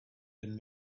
been